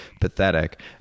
pathetic